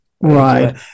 right